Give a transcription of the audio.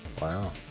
Wow